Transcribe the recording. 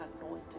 anointed